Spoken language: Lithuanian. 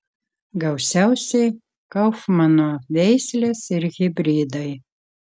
gausiausiai kaufmano veislės ir hibridai